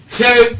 two